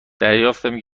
دریافتم